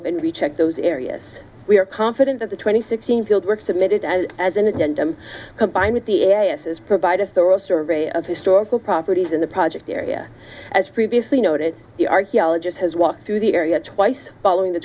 up and recheck those areas we are confident that the twenty sixteen field work submitted as an agenda combined with the a a a s is provide a thorough survey of historical properties in the project area as previously noted the archaeologist has walked through the area twice following the